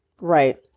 right